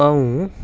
अं'ऊ